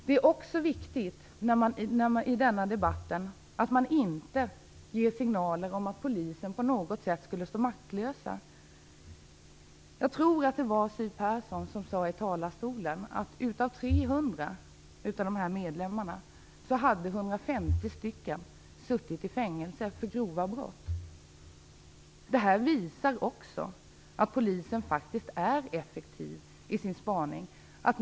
Det är också viktigt att man i denna debatt inte ger signaler om att polisen på något sätt skulle stå maktlös. Jag tror att det var Siw Persson som i talarstolen sade att 150 medlemmar av 300 har suttit i fängelse för grova brott. Det visar att polisen faktiskt är effektiv i sin spaning.